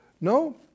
No